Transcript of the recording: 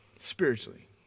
Spiritually